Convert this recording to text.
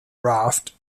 raft